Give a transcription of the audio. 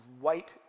white